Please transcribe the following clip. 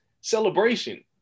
celebration